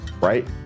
Right